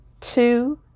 Two